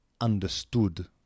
understood